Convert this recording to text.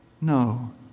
No